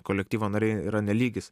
kolektyvo nariai yra ne lygis